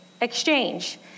exchange